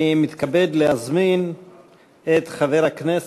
נעבור להצעות לסדר-היום